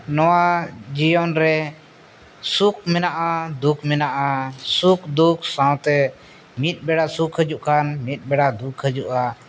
ᱱᱚᱣᱟ ᱡᱤᱭᱚᱱᱨᱮ ᱥᱩᱠ ᱢᱮᱱᱟᱜᱼᱟ ᱫᱩᱠ ᱢᱮᱱᱟᱜᱼᱟ ᱥᱩᱠᱼᱫᱩᱠ ᱥᱟᱶᱛᱮ ᱢᱤᱫ ᱵᱮᱲᱟ ᱥᱩᱠ ᱦᱤᱡᱩᱜ ᱠᱷᱟᱱ ᱢᱤᱫ ᱵᱮᱲᱟ ᱫᱩᱠ ᱦᱤᱡᱩᱜᱼᱟ